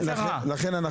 לכן,